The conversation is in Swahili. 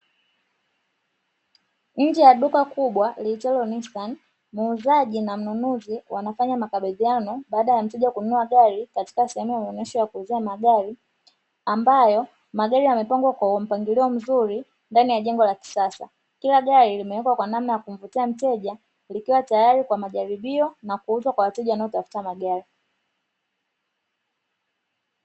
Nje ya duka kubwa liitwalo ''NISSAN'' muuzaji na mnunuzi wanafanya makibidhiano baada ya mteja kununua gari katika sehemu ya maonyesho ya kuuzia magari, ambapo magari yamepangwa kwa mpangilio mzuri ndani ya jengo la kisasa kila gari limewekwa kwa namna ya kumvutia mteja likiwa tayari kwa majaribio na kuuzwa kwa wateja wanaotafuta magari.